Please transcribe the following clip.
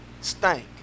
stank